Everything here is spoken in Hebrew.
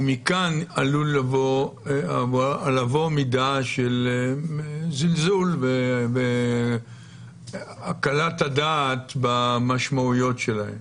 ומכאן עלולה לבוא מידה של זלזול והקלת הדעת במשמעויות שלהם.